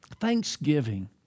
Thanksgiving